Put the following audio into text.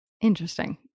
Interesting